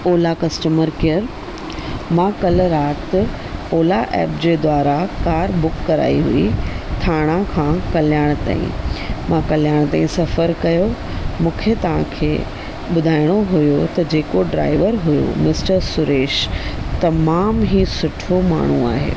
Ola customer care मां काल्ह राति ओला ऐप जे द्वारा कार बुक कराई हुई ठाणा खां कल्याण ताईं मां कल्याण ताईं सफ़रु कयो मूंखे तव्हांखे ॿुधाइणो हुओ त जेको ड्राइवर हुओ मिस्टर सुरेश तमाम ई सुठो माण्हू आहे